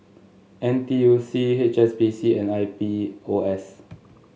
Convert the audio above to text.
N T U C H S B C and I P O S